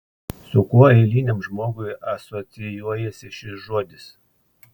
su kuo eiliniam žmogui asocijuojasi šis žodis